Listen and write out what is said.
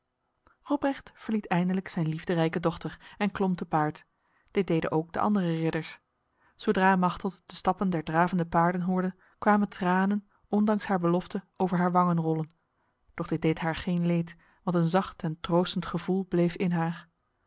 robrecht verliet eindelijk zijn liefderijke dochter en klom te paard dit deden ook de andere ridders zodra machteld de stappen der dravende paarden hoorde kwamen tranen ondanks haar belofte over haar wangen rollen doch dit deed haar geen leed want een zacht en troostend gevoel bleef in haar